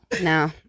No